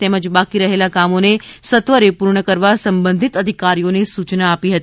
તેમજ બાકી રહેલા કામોને સત્વરે પૂર્ણ કરવા સંબંધિત અધિકારીઓને સૂચના આપી હતી